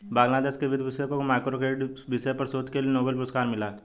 बांग्लादेश के वित्त विशेषज्ञ को माइक्रो क्रेडिट विषय पर शोध के लिए नोबेल पुरस्कार मिला